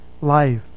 life